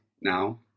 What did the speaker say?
now